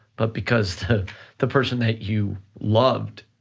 but because the person that you loved